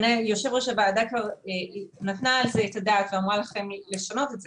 יושבת-ראש הוועדה נתנה על זה את הדעת ואמרה לכם לשנות את זה.